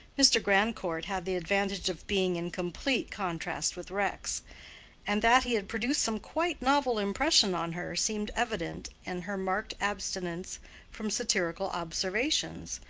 mr. grandcourt had the advantage of being in complete contrast with rex and that he had produced some quite novel impression on her seemed evident in her marked abstinence from satirical observations,